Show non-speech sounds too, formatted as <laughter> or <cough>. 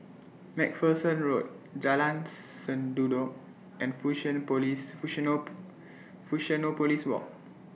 MacPherson Road Jalan Sendudok and fusion Police fusion know <noise> Fusionopolis Walk